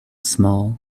small